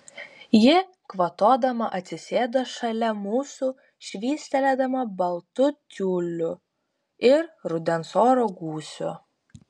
ji kvatodama atsisėda šalia mūsų švystelėdama baltu tiuliu ir rudens oro gūsiu